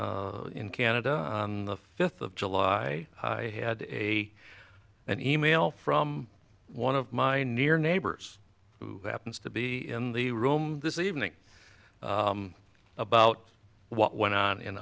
in canada on the fifth of july i had a an e mail from one of my near neighbors who happens to be in the room this evening about what went on in